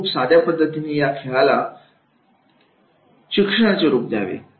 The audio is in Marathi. आणि खूप साध्या पद्धतीने या खेळायला शिक्षणाचे रूप देण्यात यावे